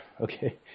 Okay